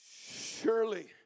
Surely